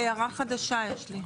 הערה חדשה יש לי.